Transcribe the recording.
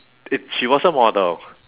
it she was a model